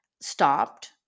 stopped